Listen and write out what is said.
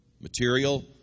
Material